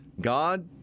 God